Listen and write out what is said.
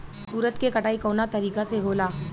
उरद के कटाई कवना तरीका से होला?